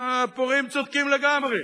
הפורעים צודקים לגמרי.